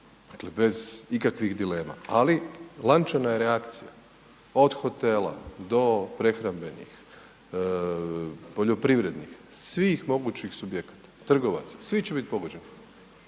bez ikakvih dilema, ali lančana je reakcija od hotela do prehrambenih, poljoprivrednih svih mogućih subjekata, trgovaca, svi će biti pogođeni.